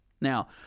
Now